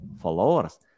followers